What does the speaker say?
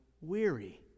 weary